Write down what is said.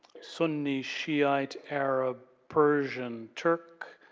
suni, shiite, arab, persian, turk,